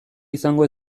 izango